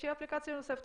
שתהיה אפליקציה נוספת.